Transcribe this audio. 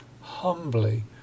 humbly